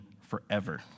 forever